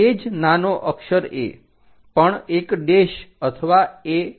એ જ નાનો અક્ષર a પણ એક ડેશ અથવા a